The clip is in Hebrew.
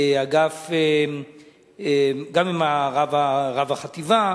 רב החטיבה,